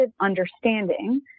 understanding